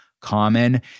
common